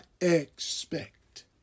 expect